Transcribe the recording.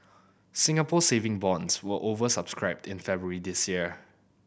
Singapore Saving Bonds were over subscribed in February this year